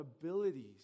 abilities